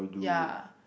ya